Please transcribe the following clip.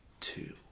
two